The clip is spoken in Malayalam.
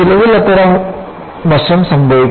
ചിലതിൽ അത്തരം വശം സംഭവിക്കും